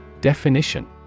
Definition